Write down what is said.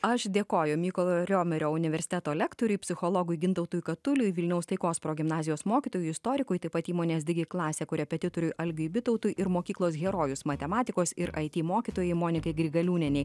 aš dėkoju mykolo riomerio universiteto lektoriui psichologui gintautui katuliui vilniaus taikos progimnazijos mokytojų istorikui taip pat įmonės digi klasė korepetitoriui algiui bitautui ir mokyklos herojus matematikos ir it mokytojai monikai grigaliūnienei